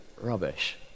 rubbish